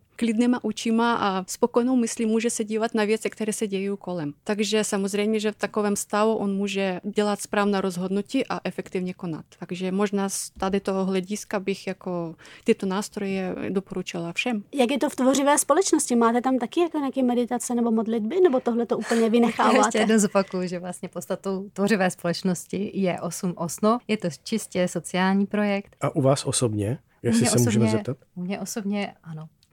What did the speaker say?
klidnýma očima a spokojenou myslí může se dívat na věci, které se dějí kolem. Takže samozřejmě, že v takovém stavu on může dělat správná rozhodnutí a efektivně konat. Takže možná z tady toho hlediska bych jako tyto nástroje doporučila všem. Jak je to v tvořivé společnosti? Máte tam taky jako nějaké meditace nebo modlitby, nebo tohle to úplně vynecháváte? Já ještě jednou zopakuju, že vlastně podstatou tvořivé společnosti je osm osno. Je to čistě sociální projekt. A u vás osobně? Jestli U mě se můžeme osobně- zeptat? u mě osobně ano.